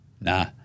Nah